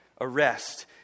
arrest